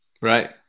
Right